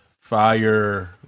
fire